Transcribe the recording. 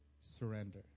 surrender